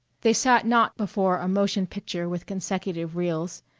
they sat not before a motion picture with consecutive reels,